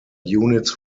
units